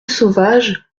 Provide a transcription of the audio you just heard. sauvage